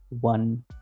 one